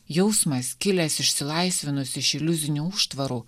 jausmas kilęs išsilaisvinus iš iliuzinių užtvarų